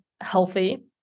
healthy